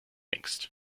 denkst